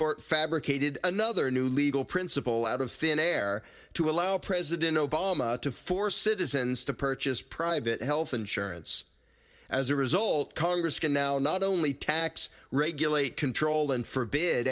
court fabricated another new legal principle out of thin air to allow president obama to force citizens to purchase private health insurance as a result congress can now not only tax regulate control and for